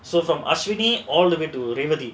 so from aljunied the way to remedy